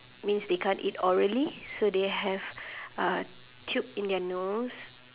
means they can't eat orally so they have a tube in their nose